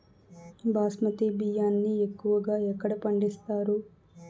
బాస్మతి బియ్యాన్ని ఎక్కువగా ఎక్కడ పండిస్తారు?